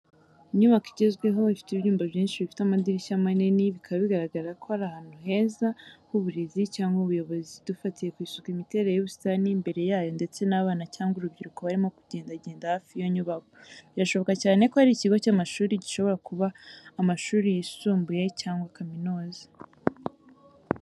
Inyubako igezweho ifite ibyumba byinshi bifite amadirishya manini bikaba bigaragaza ko ari ahantu h'uburezi cyangwa ubuyobozi. Dufatiye ku isuku imiterere y’ubusitani imbere yayo ndetse n’abana cyangwa urubyiruko barimo kugendagenda hafi y’iyo nyubako, birashoboka cyane ko ari ikigo cy'amashuri gishobora kuba amashuri yimbuye cyangwa kaminuza.